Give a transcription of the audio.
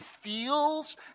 feels